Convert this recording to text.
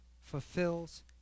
fulfills